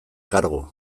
kargu